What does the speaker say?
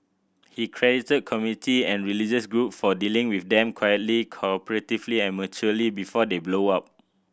he credited community and religious group for dealing with them quietly cooperatively and maturely before they blow up